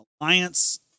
alliance